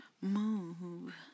move